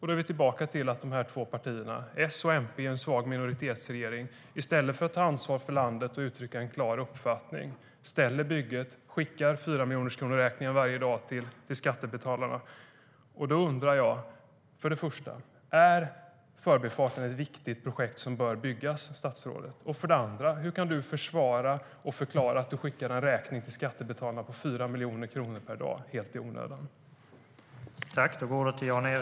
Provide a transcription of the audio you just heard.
Då är vi tillbaka till att de här två partierna, S och MP i en svag minoritetsregering, i stället för att ta ansvar för landet och uttrycka en klar uppfattning ställer bygget och skickar räkningar på 4 miljoner kronor varje dag till skattebetalarna.